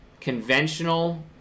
Conventional